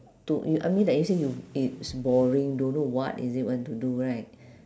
to you I mean like you say you it's boring don't know what is it want to do right